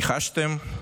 ניחשתם,